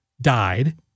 died